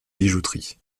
bijouterie